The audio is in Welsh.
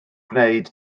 gwneud